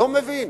לא מבין.